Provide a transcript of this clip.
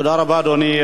תודה רבה, אדוני.